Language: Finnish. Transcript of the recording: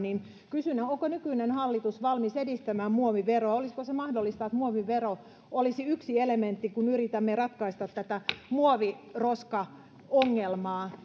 onko nykyinen hallitus valmis edistämään muoviveroa olisiko mahdollista että muovivero olisi yksi elementti kun yritämme ratkaista tätä muoviroskaongelmaa